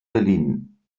berlin